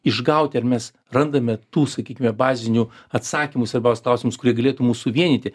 išgauti ar mes randame tų sakykime bazinių atsakymų į svarbiausius klausimus kurie galėtų mus suvienyti